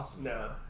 No